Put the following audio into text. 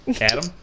Adam